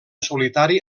solitari